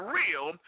real